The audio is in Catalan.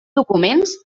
documents